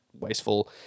wasteful